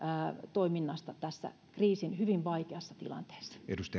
toiminnasta tässä kriisin hyvin vaikeassa tilanteessa arvoisa